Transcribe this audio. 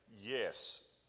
Yes